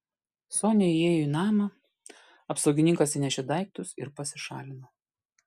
sonia įėjo į namą apsaugininkas įnešė daiktus ir pasišalino